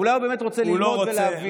אולי הוא באמת רוצה ללמוד ולהבין?